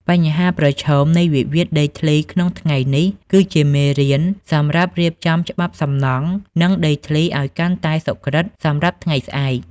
បញ្ហាប្រឈមនៃវិវាទដីធ្លីក្នុងថ្ងៃនេះ គឺជាមេរៀនសម្រាប់រៀបចំច្បាប់សំណង់ និងដីធ្លីឱ្យកាន់តែសុក្រឹតសម្រាប់ថ្ងៃស្អែក។